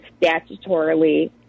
statutorily